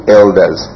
elders